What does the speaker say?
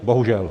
Bohužel.